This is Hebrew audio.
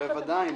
בוודאי.